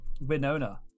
Winona